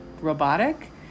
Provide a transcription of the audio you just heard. robotic